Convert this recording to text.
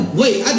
wait